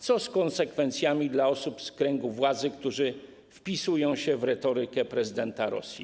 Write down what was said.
Co z konsekwencjami dla osób z kręgu władzy, którzy wpisują się w retorykę prezydenta Rosji?